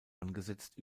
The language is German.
angesetzt